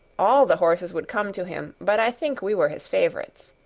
all the horses would come to him, but i think we were his favorites.